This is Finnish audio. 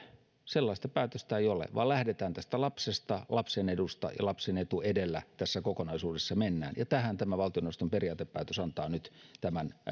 sellaista päätöstä ei ole vaan lähdetään tästä lapsesta lapsen edusta ja lapsen etu edellä tässä kokonaisuudessa mennään tähän tämä valtioneuvoston periaatepäätös antaa nyt